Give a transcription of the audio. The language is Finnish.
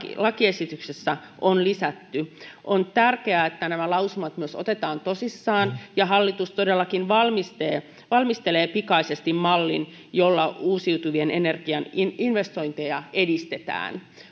lakiesitykseen on lisätty on tärkeää että nämä lausumat myös otetaan tosissaan ja hallitus todellakin valmistelee valmistelee pikaisesti mallin jolla uusiutuvan energian investointeja edistetään